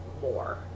more